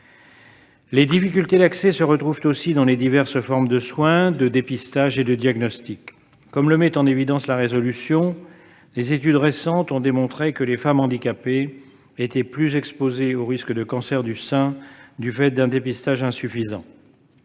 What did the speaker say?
Les difficultés d'accès se retrouvent aussi dans les diverses formes de soin, de dépistage et de diagnostic. La proposition de résolution le met en évidence, les études récentes ont démontré que les femmes handicapées étaient plus exposées au risque de cancer du sein, du fait d'un dépistage insuffisant.